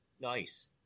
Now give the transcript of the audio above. Nice